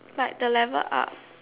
like the level up